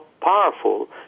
powerful